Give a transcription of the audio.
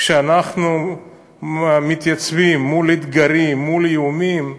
כשאנחנו מתייצבים מול אתגרים, מול איומים,